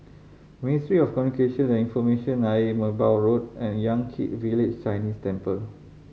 Ministry of Communication and Information Ayer Merbau Road and Yan Kit Village Chinese Temple